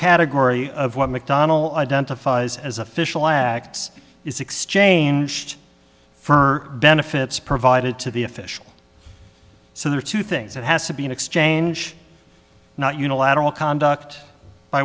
category of what mcdonnell identifies as official acts is exchanged for benefits provided to the official so there are two things that has to be an exchange not unilateral conduct by